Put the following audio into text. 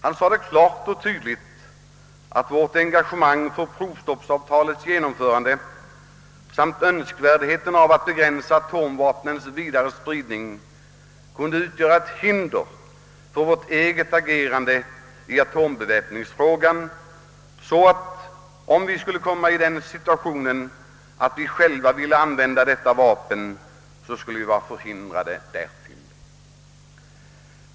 Han sade klart och tydligt att vårt engagemang för provstoppsavtalets genomförande och för en begränsning av atomvapnens vidare spridning kunde utgöra ett hinder för vårt eget agerande i atombeväpningsfrågan, så att vi om vi skulle befinna oss i den situationen att vi själva ville använda sådana vapen skulle vara förhindrade därtill.